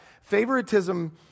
favoritism